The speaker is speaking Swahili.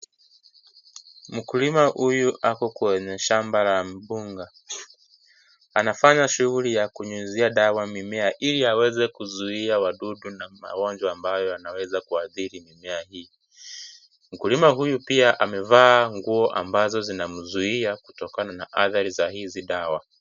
Mkulima huyu ako kwenye shamba la mkunga anafanya shughuli ya kunyunyizia dawa mimea ili aweze kuzuia wadudu na magonjwa ambayo yanaweza kuadhiri mimea hii mkulima huyu pia mavazi za kumzuia kutokana na adhari za hizi dawa.